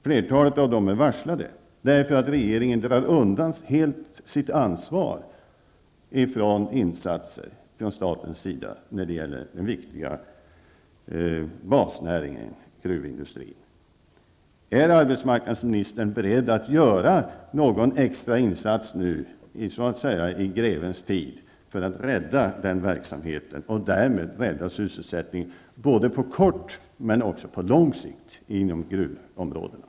Flertalet av dem är varslade därför att regeringen helt undandrar sig sitt ansvar från insatser från statens sida när det gäller den viktiga basnäringen gruvindustrin. Är arbetsmarknadsministern beredd att göra någon extra insats nu i så att säga grevens tid för att rädda denna verksamhet och därmed rädda sysselsättningen både på kort och på lång sikt inom gruvområdena?